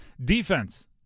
Defense